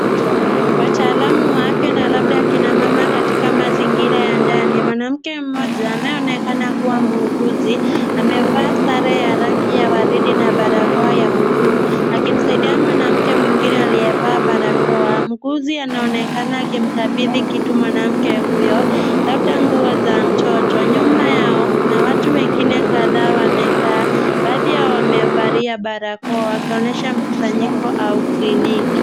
Wataalamu wa afya na labda kina mama katika mazingira ya ndani. Mwanamke mmoja anayeonekana kuwa mwuguzi amevaa sare ya rangi ya waridi na barakoa ya buluu akimsaidia mwanamke mwengine aliyevaa barakoa. Mwuguzi anaonekana akimkabidhi kitu mwanamke huyo, labda nguo za mtoto. Nyuma yao kuna watu wengine kadhaa wamekaa, baadhi yao wamevalia barakoa wakionyesha mkusanyiko au kliniki.